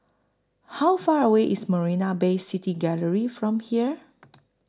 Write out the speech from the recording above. How Far away IS Marina Bay City Gallery from here